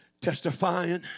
testifying